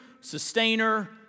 sustainer